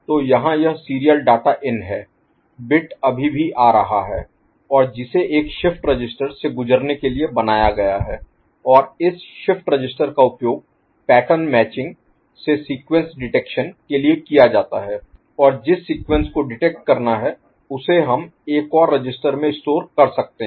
तो यहाँ यह सीरियल डाटा इन है बिट अभी भी आ रहा है और जिसे एक शिफ्ट रजिस्टर से गुजरने के लिए बनाया गया है और इस शिफ्ट रजिस्टर का उपयोग पैटर्न मैचिंग से सीक्वेंस डिटेक्शन के लिए किया जाता है और जिस सीक्वेंस को डिटेक्ट करना है उसे हम एक और रजिस्टर में स्टोर कर सकते हैं